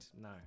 No